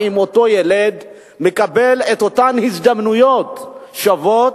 האם אותו ילד מקבל את אותן הזדמנויות שוות?